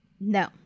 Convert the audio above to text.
No